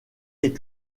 est